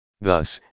Thus